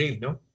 No